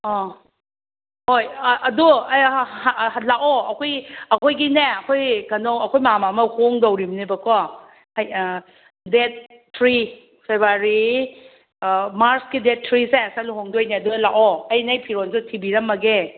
ꯑꯥ ꯍꯣꯏ ꯑꯗꯨ ꯂꯥꯛꯑꯣ ꯑꯩꯈꯣꯏ ꯑꯩꯈꯣꯏꯒꯤꯅꯦ ꯑꯩꯈꯣꯏ ꯀꯩꯅꯣ ꯑꯩꯈꯣꯏ ꯃꯥꯝꯃ ꯑꯃ ꯍꯣꯡꯗꯧꯔꯤꯕꯅꯦꯕꯀꯣ ꯗꯦꯠ ꯊ꯭ꯔꯤ ꯐꯦꯕꯔꯨꯋꯥꯔꯤ ꯃꯥꯔꯆꯀꯤ ꯗꯦꯠ ꯊ꯭ꯔꯤꯁꯦ ꯁꯤꯗ ꯂꯨꯍꯣꯡꯗꯣꯏꯅꯦ ꯑꯗꯨꯗ ꯂꯥꯛꯑꯣ ꯑꯩꯅꯦ ꯅꯪ ꯐꯤꯔꯣꯟꯗꯣ ꯊꯤꯕꯤꯔꯝꯃꯒꯦ